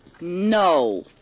No